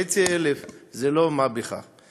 5,500, זה לא דבר של מה בכך.